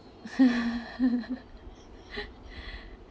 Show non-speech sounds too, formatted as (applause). (laughs)